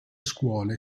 scuole